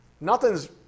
Nothing's